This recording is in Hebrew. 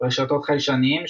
רשתות חיישנים,